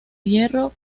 hierro